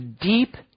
deep